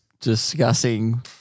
discussing